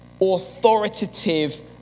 authoritative